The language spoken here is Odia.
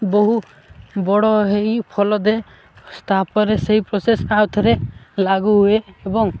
ବହୁ ବଡ଼ ହେଇ ଫଲ ଦିଏ ତା'ପରେ ସେଇ ପ୍ରୋସେସ୍ ଆଉ ଥରେ ଲାଗୁ ହୁଏ ଏବଂ